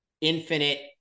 infinite